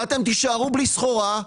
ואתם תישארו בלי סחורה.